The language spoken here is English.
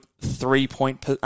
three-point